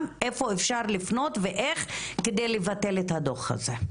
איפה אפשר לפנות ואיך כדי לבטל את הדוח הזה.